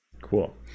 cool